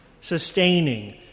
sustaining